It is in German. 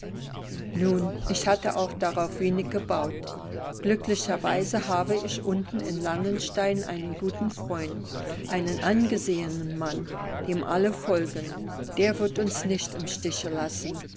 nun ich hatte auch darauf wenig gebaut glücklicherweise habe ich unten in langenstein einen guten freund einen angesehenen mann dem alle folgen der wird uns nicht im stiche lassen